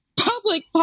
public